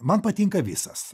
man patinka visas